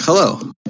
Hello